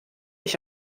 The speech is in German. ich